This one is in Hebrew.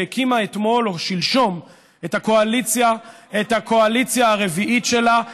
שהקימה אתמול או שלשום את הקואליציה הרביעית שלה.